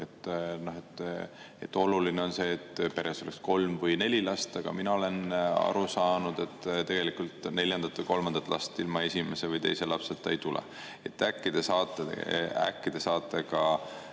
kui oluline on see, et peres oleks kolm või neli last, aga mina olen aru saanud, et tegelikult neljandat ja kolmandat last ilma esimese või teise lapseta ei tule. Äkki te saate ka